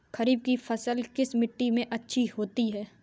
खरीफ की फसल किस मिट्टी में अच्छी होती है?